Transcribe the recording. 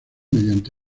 mediante